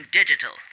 digital